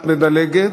את מדלגת?